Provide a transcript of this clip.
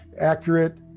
accurate